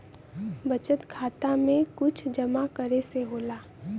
बचत खाता मे कुछ जमा करे से होला?